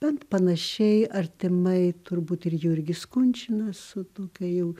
bent panašiai artimai turbūt ir jurgis kunčinas su tokia jau